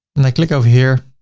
and i click over here,